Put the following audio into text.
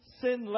sinless